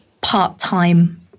part-time